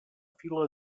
fila